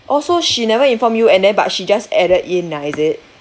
oh so she never informed you and then but she just added in ah is it